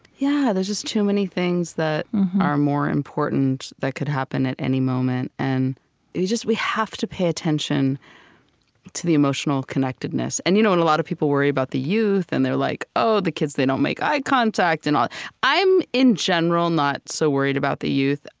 yeah. there are just too many things that are more important that could happen at any moment. and you just we have to pay attention to the emotional connectedness. and you know a lot of people worry about the youth, and they're like, oh, the kids, they don't make eye contact, and all i'm, in general, not so worried about the youth.